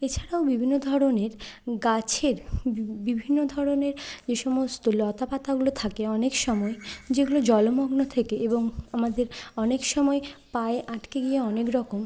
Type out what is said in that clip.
এছাড়াও বিভিন্ন ধরনের গাছের বিভিন্ন ধরনের যে সমস্ত লতাপাতাগুলো থাকে অনেক সময় যেগুলো জলমগ্ন থাকে এবং আমাদের অনেক সময় পায়ে আটকে গিয়ে অনেক রকম